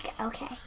Okay